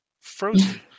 Frozen